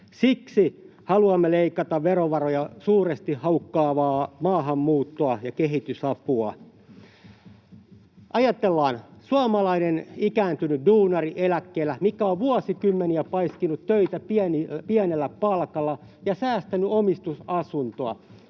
Siksi haluamme leikata verovaroja suuresti haukkaavaa maahanmuuttoa ja kehitysapua. Ajatellaan: Eläkkeellä on suomalainen ikääntynyt duunari, joka on vuosikymmeniä paiskinut töitä pienellä palkalla ja säästänyt omistusasuntoa,